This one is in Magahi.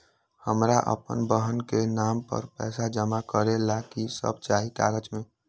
हमरा अपन बहन के नाम पर पैसा जमा करे ला कि सब चाहि कागज मे?